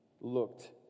looked